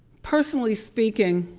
personally speaking